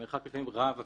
המרחק לפעמים רב אפילו.